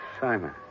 Simon